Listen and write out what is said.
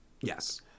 Yes